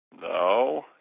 No